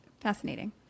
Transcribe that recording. fascinating